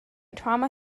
trauma